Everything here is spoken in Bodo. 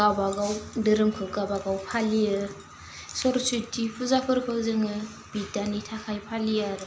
गाबागाव दोरोमखौ गाबागाव फालियो सरस्वती फुजाफोरखौ जोङो बिधानि थाखाय फालियो आरो